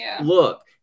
look